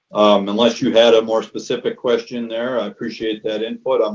unless you had a more specific question there, i appreciate that input. um